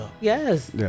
Yes